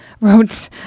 wrote